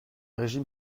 régime